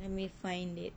let me find it